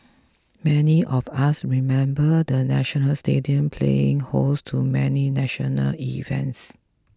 many of us remember the National Stadium playing host to many national events